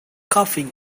coughing